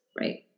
right